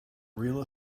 real